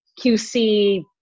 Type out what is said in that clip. QC